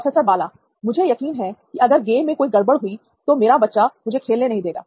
professor Bala मुझे यकीन है कि अगर गेम में कोई गड़बड़ हुई तो मेरा बच्चा मुझे खेलने नहीं देगा